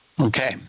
Okay